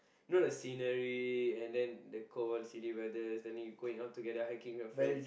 you know the scenery and then the cold city weather then you going up together hiking with your friends